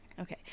Okay